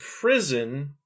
prison